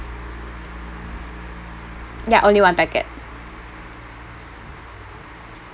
ya only one packet